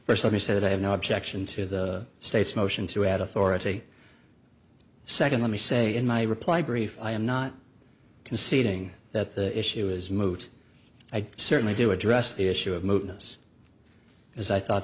first let me say that i have no objection to the state's motion to add authority second let me say in my reply brief i am not conceding that the issue is moot i certainly do address the issue of moving us as i thought